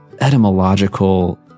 etymological